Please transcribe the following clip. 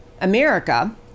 America